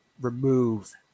remove